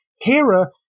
Hera